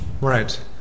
Right